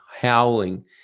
howling